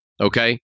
okay